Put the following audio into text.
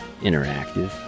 Interactive